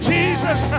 Jesus